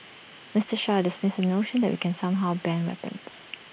Mister Shah dismissed the notion that we can somehow ban weapons